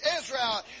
Israel